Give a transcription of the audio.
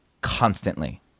constantly